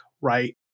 right